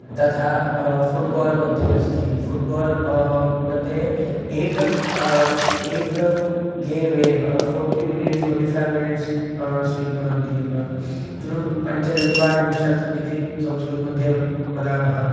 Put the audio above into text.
तथा फ़ुट्बाल्मध्ये अस्ति फ़ुट्बाल्मध्ये एकम् एकं गेम् एव forty minutes forty five minutes स्वीकुर्वन्ति एव पञ्चचत्वारिंशत् इति संस्कृतमध्ये वदामः